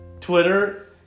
Twitter